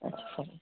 اچّھا